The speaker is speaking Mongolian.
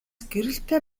гэрэлтэй